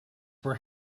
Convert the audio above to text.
were